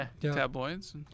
tabloids